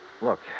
Look